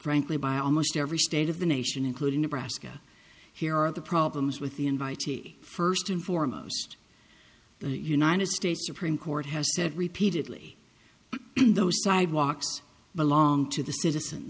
frankly by almost every state of the nation including nebraska here are the problems with the invitee first and foremost the united states supreme court has said repeatedly in those sidewalks belong to the citizens